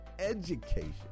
education